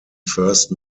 first